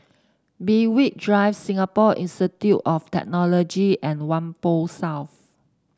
Berwick Drive Singapore Institute of Technology and Whampoa South